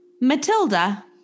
Matilda